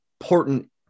important